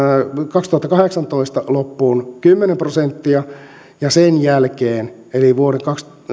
kaksituhattakahdeksantoista loppuun asti kymmenen prosenttia ja sen jälkeen eli vuoden